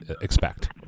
expect